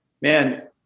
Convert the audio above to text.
Man